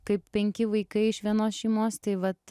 kaip penki vaikai iš vienos šeimos tai vat